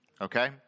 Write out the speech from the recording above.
Okay